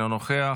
אינו נוכח,